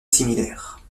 similaire